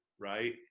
right